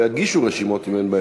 לא יגישו רשימות אם אין בהן,